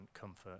comfort